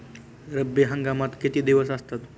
रब्बी हंगामात किती दिवस असतात?